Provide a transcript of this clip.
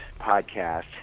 podcast